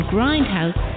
Grindhouse